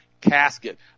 casket